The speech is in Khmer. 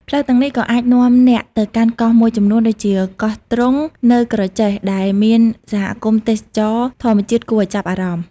ផ្លូវទាំងនេះក៏អាចនាំអ្នកទៅកាន់កោះមួយចំនួនដូចជា កោះទ្រង់ នៅក្រចេះ ដែលមានសហគមន៍ទេសចរណ៍ធម្មជាតិគួរឲ្យចាប់អារម្មណ៍។